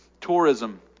tourism